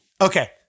Okay